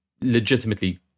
legitimately